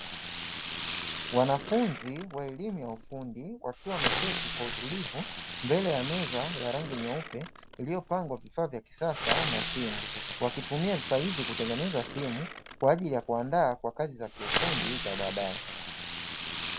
Wanafunzi wa elimu ya ufundi, wakiwa wameketi kwa utulivu mbele ya meza ya rangi nyeupe, iliyopangwa vifaa vya kisasa na simu; wakitumia vifaa hivyo kutengeneza simu kwa ajili ya kuwandaa kwa kazi za kiufundi za baadaye.